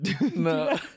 No